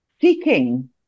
seeking